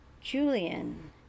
Julian